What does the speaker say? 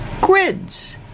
Grids